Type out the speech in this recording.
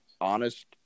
honest